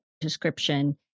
description